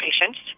patients